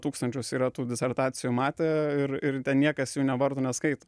tūkstančius yra tų disertacijų matę ir ir niekas jų nevarto neskaito